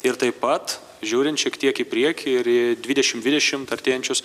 ir taip pat žiūrint šiek tiek į priekį ir į dvidešim dvidešimt artėjančius